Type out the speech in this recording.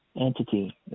entity